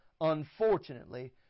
unfortunately